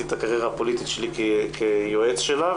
את הקריירה הפוליטית שלי כיועץ שלה,